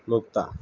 মুক্তা